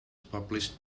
published